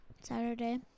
Saturday